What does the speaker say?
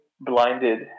blinded